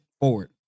forward